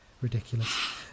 Ridiculous